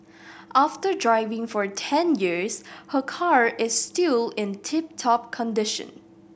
after driving for ten years her car is still in tip top condition